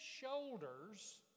shoulders